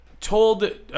told